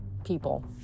people